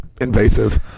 invasive